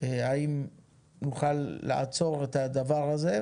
האם נוכל לעצור את הדבר הזה?